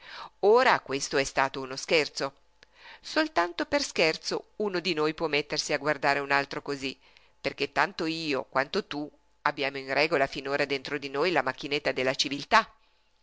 ora questo è stato uno scherzo soltanto per uno scherzo uno di noi può mettersi a guardare un altro cosí perché tanto io quanto tu abbiamo in regola finora dentro di noi la macchinetta della civiltà